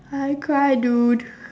I cried dude